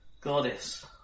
goddess